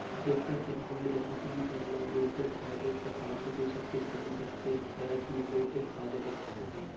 tractor कर होए ले अपन कर ल जोते फादे कर पाछू दूसर किसान कर खेत खाएर मे जोते फादे लगथे